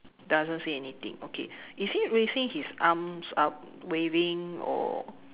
doesn't say anything okay is he raising his arms up waving or